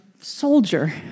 soldier